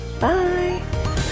bye